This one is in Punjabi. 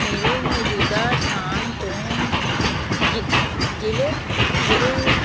ਮੇਰੇ ਮੌਜੂਦਾ ਸਥਾਨ ਤੋਂ ਜ ਜ਼ਿਲ੍ਹੇ ਜ਼ਿਲ੍ਹੇ